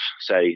say